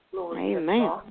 Amen